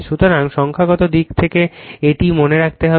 সুতরাং সংখ্যাগত দিক থেকে এটি মনে রাখতে হবে